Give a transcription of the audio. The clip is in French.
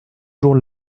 jour